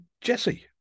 Jesse